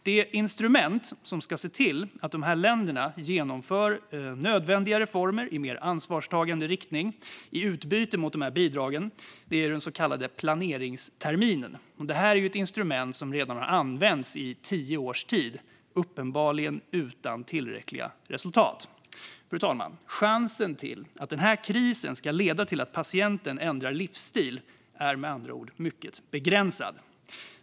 Det instrument som ska se till att länderna genomför nödvändiga reformer i mer ansvarstagande riktning i utbyte mot bidragen är den så kallade planeringsterminen. Det är ett instrument som redan har använts i tio års tid, uppenbarligen utan tillräckliga resultat. Fru talman! Chansen att krisen ska leda till att patienten ändrar livsstil är med andra ord mycket begränsad.